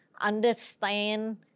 understand